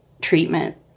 treatment